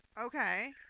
Okay